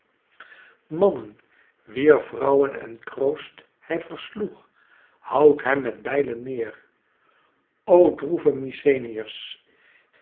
mannen wier vrouwen en kroost hij versloeg houwt hem met bijlen neêr